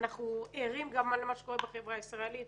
אנחנו ערים גם למה שקורה בחברה הישראלית,